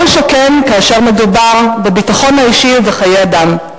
כל שכן כאשר מדובר בביטחון האישי ובחיי אדם.